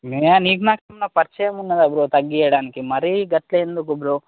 ఏ నీకు నాకు ఏమన్న పరిచయం ఉన్నదా బ్రో తగించడానికి మరి గట్లా ఎందుకు బ్రో